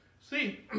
See